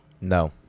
No